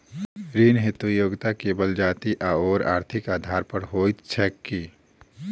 ऋण हेतु योग्यता केवल जाति आओर आर्थिक आधार पर होइत छैक की?